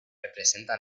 representa